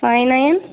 five nine